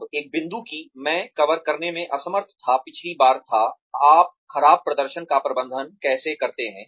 अब एक बिंदु कि मैं कवर करने में असमर्थ था पिछली बार था आप खराब प्रदर्शन का प्रबंधन कैसे करते हैं